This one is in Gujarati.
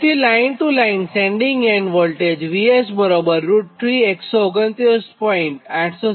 તેથી line to line sending end voltage VS √3129